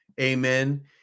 amen